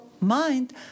mind